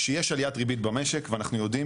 שיש עליית ריבית במשק ואנחנו יודעים